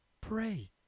Pray